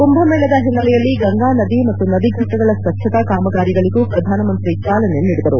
ಕುಂಭಮೇಳದ ಹಿನ್ನೆಲೆಯಲ್ಲಿ ಗಂಗಾ ನದಿ ಮತ್ತು ನದಿಘಟ್ಟಗಳ ಸ್ವಚ್ಛತಾ ಕಾಮಗಾರಿಗಳಗೂ ಪ್ರಧಾನಮಂತ್ರಿ ಚಾಲನೆ ನೀಡಿದರು